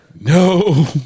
No